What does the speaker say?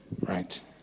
Right